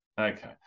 Okay